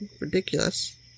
ridiculous